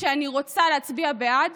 כשאני רוצה להצביע בעד,